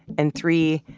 and three,